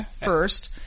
first